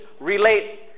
relate